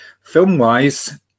Film-wise